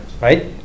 right